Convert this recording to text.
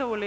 Jag